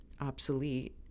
obsolete